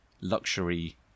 luxury